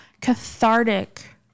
cathartic